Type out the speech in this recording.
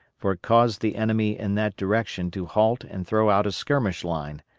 for it caused the enemy in that direction to halt and throw out a skirmish line,